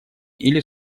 или